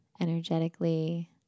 energetically